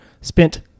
spent